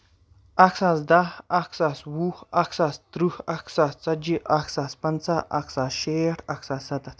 اکھ ساس دہ اکھ ساس وُہ اکھ ساس ترٕٛہ اکھ ساس ژَتجِہہ اکھ ساس پَنٛژاہ اکھ ساس شیٹھ اکھ ساس سَتَتھ